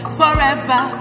forever